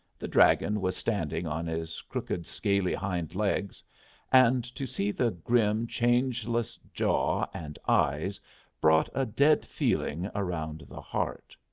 the dragon was standing on his crooked scaly hind-legs and to see the grim, changeless jaw and eyes brought a dead feeling around the heart.